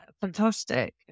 fantastic